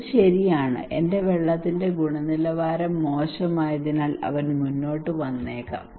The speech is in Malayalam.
അത് ശരിയാണ് എന്റെ വെള്ളത്തിന്റെ ഗുണനിലവാരവും മോശമായതിനാൽ അവൻ മുന്നോട്ട് വന്നേക്കാം